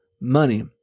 money